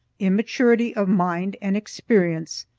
immaturity of mind and experience,